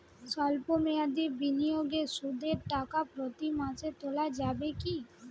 সল্প মেয়াদি বিনিয়োগে সুদের টাকা প্রতি মাসে তোলা যাবে কি?